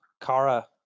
Kara